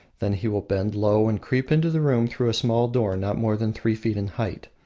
then he will bend low and creep into the room through a small door not more than three feet in height.